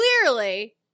clearly